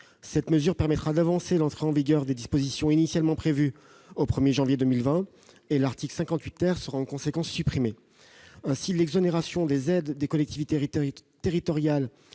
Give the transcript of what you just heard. Cela permettra d'avancer l'entrée en vigueur de ces dispositions, initialement prévue au 1 janvier 2020. L'article 58 sera en conséquence supprimé. L'exonération des aides des collectivités territoriales